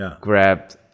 grabbed